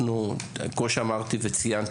כמו שאמרתי וציינתי,